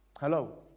Hello